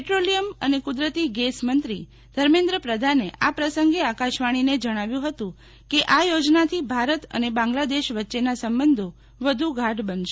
petroleum અને કુદરતી gas મંત્રી ધર્મેન્દ્ર પ્રધાને આ પ્રસંગે આકાશવાણીને જણાવ્યું હતું કે આ યોજનાથી ભારત અને બાંગ્લાદેશવચ્ચેના સંબંધો વધુ ગાઢ બનશે